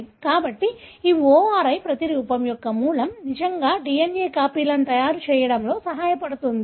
కాబట్టి ఈ ORI ప్రతిరూపం యొక్క మూలం నిజంగా DNA కాపీలను తయారు చేయడంలో సహాయపడుతుంది